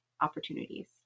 opportunities